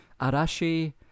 Arashi